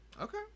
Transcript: Okay